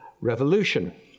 Revolution